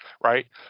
right